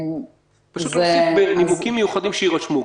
פשוט להוסיף "נימוקים מיוחדים שיירשמו".